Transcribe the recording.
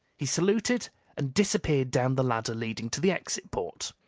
he saluted and disappeared down the ladder leading to the exit port.